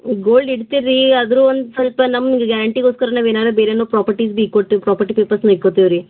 gold ಇಡ್ತೀರಿ ರೀ ಆದ್ರೂ ಒಂದು ಸ್ವಲ್ಪ ನಮ್ಗೆ ಗ್ಯಾರಂಟಿಗೋಸ್ಕರ ನಾವೇನಾರು ಬೇರೆ ಏನು ಪ್ರಾಪರ್ಟಿ ಭೀ ಕೊಟ್ಟು ಪ್ರಾಪರ್ಟಿ ಪೇಪರ್ಸನ್ನ ಇಟ್ಕೊತೀವಿ ರೀ